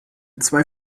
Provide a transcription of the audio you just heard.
zwei